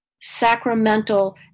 sacramental